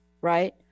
Right